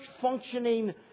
functioning